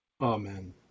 Amen